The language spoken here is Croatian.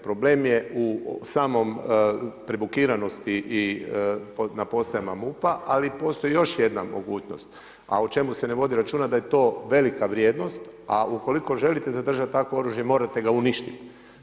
Problem je u samom prebukiranosti i na postajama MUP-a ali postoji još jedna mogućnost, a o čemu se ne vodi računa da je to velika vrijednost, a u koliko želite zadržati takvo oružje morate ga uništit.